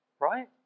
right